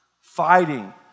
Fighting